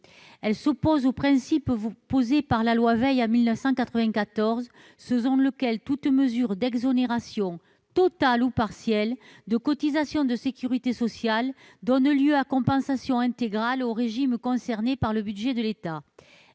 Elle s'oppose au principe, posé par la loi Veil en 1994, selon lequel « toute mesure d'exonération, totale ou partielle, de cotisations de sécurité sociale donne lieu à compensation intégrale aux régimes concernés par le budget de l'État. »